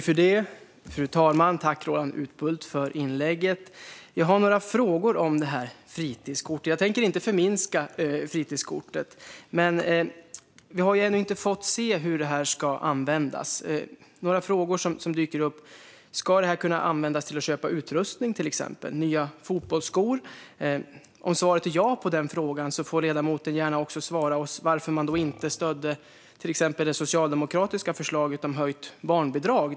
Fru talman! Tack, Roland Utbult, för ditt inlägg! Jag har några frågor om fritidskortet. Jag tänker inte förminska det, men vi har ännu inte fått se hur det ska användas. Några frågor som dyker upp är: Ska kortet kunna användas till att köpa utrustning, till exempel nya fotbollsskor? Om svaret är ja på den frågan får ledamoten gärna också svara oss varför man då inte stödde till exempel det socialdemokratiska förslaget om höjt barnbidrag.